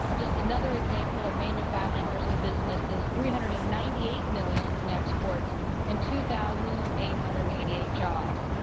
ah just another example of manufacturers and businesses, three hundred and ninety eight million dollars in exports and two thousand eight hundred and eighty eight jobs.